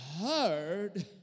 heard